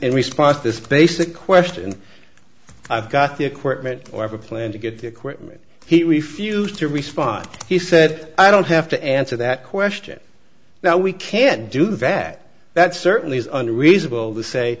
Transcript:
in response to this basic question i've got the equipment or plan to get the equipment he refused to respond he said i don't have to answer that question now we can do that that certainly is under reasonable the say